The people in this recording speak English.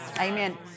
Amen